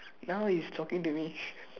now he's talking to me